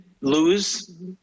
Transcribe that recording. lose